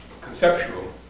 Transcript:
conceptual